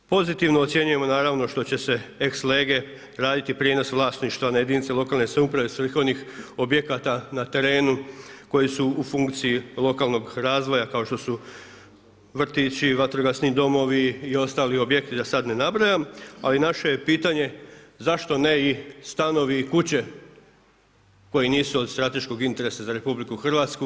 Pozitivno ocjenjujemo naravno što će se ex lege raditi prijenos vlasništva na jedinice lokalne samouprave s vrhovnih objekata na terenu koje su u funkciji lokalnog razvoja kao što su vrtići, vatrogasni domovi i ostali objekti da sada ne nabrajam, ali naše je pitanje zašto ne i stanovi i kuće koji nisu od strateškog interesa za RH.